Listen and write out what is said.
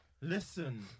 Listen